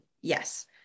Yes